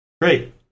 great